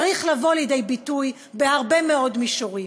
צריכה לבוא לידי ביטוי בהרבה מאוד מישורים,